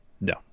no